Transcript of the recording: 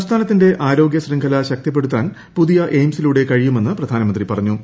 സംസ്ഥാനത്തിന്റെ ആരോഗ്യ ശൃംഖല ശക്തിപ്പെടുത്താൻ പുതിയ എയിംസിലൂടെ കഴിയുമെന്ന് പ്രധാനമന്ത്രി പറഞ്ഞു